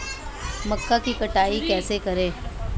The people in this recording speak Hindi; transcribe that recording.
मक्का की कटाई कैसे करें?